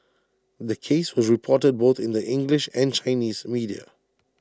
the case was reported both in the English and Chinese media